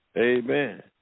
Amen